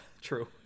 true